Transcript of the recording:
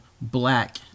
black